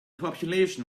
population